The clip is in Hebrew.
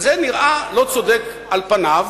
וזה נראה לא צודק על פניו,